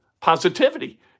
positivity